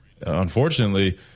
unfortunately